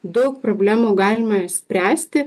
daug problemų galima išspręsti